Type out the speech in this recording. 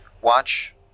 watch